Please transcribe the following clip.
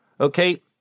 Okay